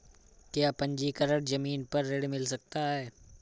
क्या पंजीकरण ज़मीन पर ऋण मिल सकता है?